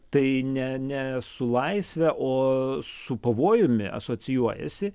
tai ne ne su laisve o su pavojumi asocijuojasi